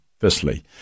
firstly